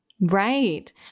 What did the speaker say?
Right